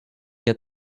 get